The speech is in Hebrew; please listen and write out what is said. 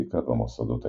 פיק"א והמוסדות ההסתדרותיים.